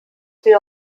wir